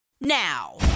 now